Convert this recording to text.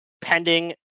pending